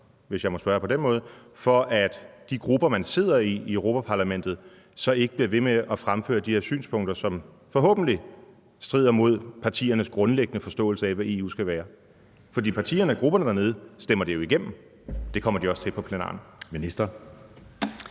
hvis jeg må spørge på den måde – til, at de grupper, man sidder i i Europa-Parlamentet, så ikke bliver ved med at fremføre de her synspunkter, som forhåbentlig strider mod partiernes grundlæggende forståelse af, hvad EU skal være? For partierne og grupperne dernede stemmer det jo igennem, og det kommer de også til på